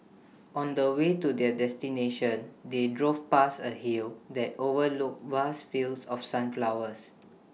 on the way to their destination they drove past A hill that overlooked vast fields of sunflowers